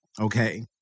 okay